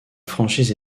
franchise